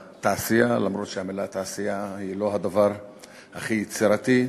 לתעשייה גם אם המילה "תעשייה" היא לא הדבר הכי יצירתי,